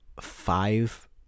five